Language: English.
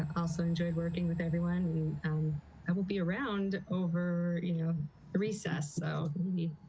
um also enjoyed working with everyone and i will be around over you know recess so maybe,